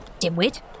Dimwit